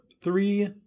three